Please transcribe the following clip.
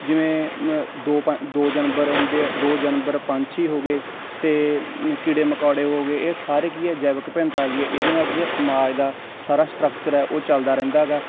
ਜਿਵੇਂ ਅ ਦੋ ਪੰ ਦੋ ਜਾਨਵਰ ਹੁੰਦੇ ਆ ਦੋ ਜਾਨਵਰ ਪੰਛੀ ਹੋ ਗਏ ਅਤੇ ਕੀੜੇ ਮਕੌੜੇ ਹੋ ਗਏ ਇਹ ਸਾਰੇ ਕੀ ਆ ਜੈਵਿਕ ਵਿਭਿੰਨਤਾ ਹੈਗੀ ਇਹਦੇ ਨਾਲ ਕੀ ਆ ਸਮਾਜ ਦਾ ਸਾਰਾ ਸਟਰਕਚਰ ਹੈ ਉਹ ਚੱਲਦਾ ਰਹਿੰਦਾ ਗਾ